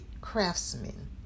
craftsman